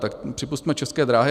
Tak připusťme České dráhy.